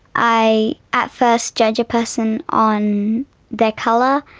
i at first judge a person on their colour,